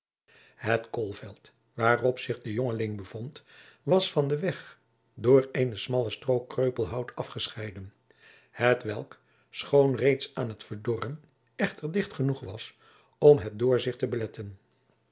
koolveld waarop zich de jongeling bevond was van den weg door eene smalle strook kreupeljacob van lennep de pleegzoon hout afgescheiden hetwelk schoon reeds aan t verdorren echter dicht genoeg was om het doorzien te beletten